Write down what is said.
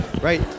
Right